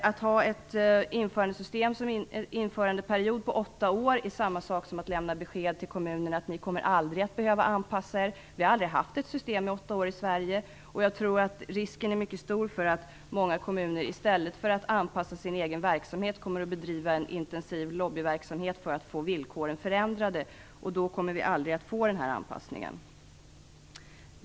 Att ha en införandeperiod på åtta år är samma sak som att lämna besked till kommunerna att de aldrig kommer att behöva anpassa sig. Vi har aldrig haft ett system med åtta år i Sverige, och jag tror att risken är mycket stor för att många kommuner i stället för att anpassa sin egen verksamhet kommer att bedriva en intensiv lobbyverksamhet för att få villkoren förändrade. Då kommer vi aldrig att få den här anpassningen.